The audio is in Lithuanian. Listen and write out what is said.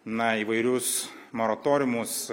na įvairius moratoriumus